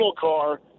car